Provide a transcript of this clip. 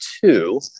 two